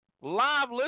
live